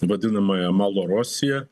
vadinamąją malo rosiją